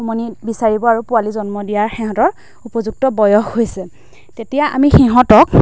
উমনি বিচাৰিব আৰু পোৱালি জন্ম দিয়াৰ সিহঁতৰ উপযুক্ত বয়স হৈছে তেতিয়া আমি সিহঁতক